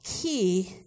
key